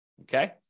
Okay